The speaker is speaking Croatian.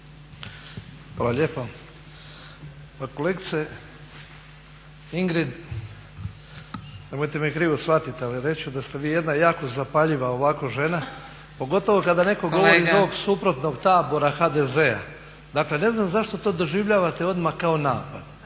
Hvala lijepa. Pa kolegice Ingrid nemojte me krivo shvatiti ali reći ću da ste vi jedna jako zapaljiva ovako žena pogotovo kada netko govori … …/Upadica Zgrebec: Kolega!/… … iz ovog suprotnog tabora HDZ-a. Dakle, ne znam zašto to doživljavate odmah kao napad.